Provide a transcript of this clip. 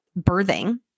birthing